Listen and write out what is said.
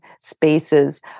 spaces